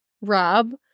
Rob